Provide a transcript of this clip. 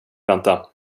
vänta